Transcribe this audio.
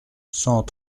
cent